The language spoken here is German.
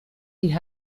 die